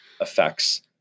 effects